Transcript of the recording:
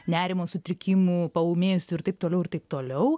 nerimo sutrikimų paūmėjusių ir taip toliau ir taip toliau